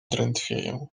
drętwieję